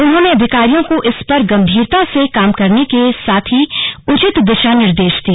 उन्होंने अधिकारियों को इस पर गंभीरता से काम करने के साथ ही उचित दिशा निर्देश दिए